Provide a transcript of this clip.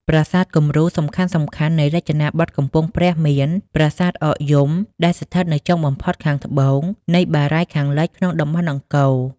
ប្រាសាទគំរូសំខាន់ៗនៃរចនាបថកំពង់ព្រះមាន ប្រាសាទអកយំដែលស្ថិតនៅចុងបំផុតខាងត្បូងនៃបារាយណ៍ខាងលិចក្នុងតំបន់អង្គរ។